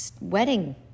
wedding